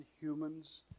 humans